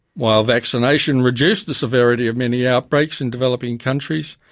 while vaccination reduced the severity of many outbreaks in developing countries,